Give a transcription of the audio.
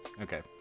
Okay